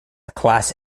class